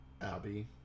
Abby